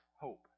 hope